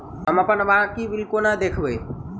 हम अप्पन बाकी बिल कोना देखबै?